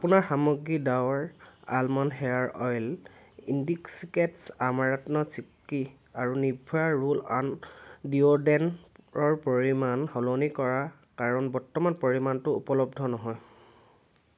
আপোনাৰ সামগ্ৰী Dabur almond hair oil ইণ্ডিচিক্ৰেট্ছ আমৰান্ত চিক্কি আৰু নিৰ্ভয়া ৰোল অন ডিঅ'ড্ৰেণ্টৰ পৰিমাণ সলনি কৰাৰ কাৰণ বৰ্তমান পৰিমাণটো উপলব্ধ নহয়